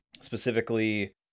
specifically